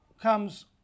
comes